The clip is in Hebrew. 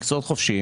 מקצועות חופשיים,